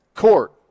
court